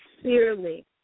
sincerely